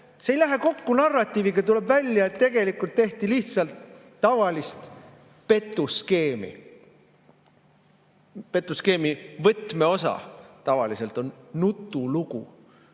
See ei lähe kokku narratiiviga. Tuleb välja, et tegelikult tehti lihtsalt tavalist petuskeemi. Petuskeemi võtmeosa tavaliselt on nutulugu,